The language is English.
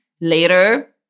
later